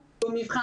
למידה.